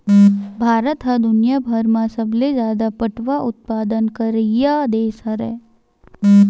भारत ह दुनियाभर म सबले जादा पटवा उत्पादन करइया देस हरय